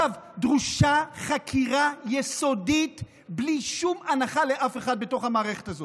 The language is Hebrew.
דרושה חקירה יסודית בלי שום הנחה לאף אחד בתוך המערכת,